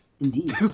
Indeed